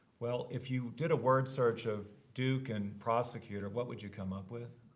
well, if you did a word search of duke and prosecutor, what would you come up with?